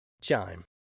Chime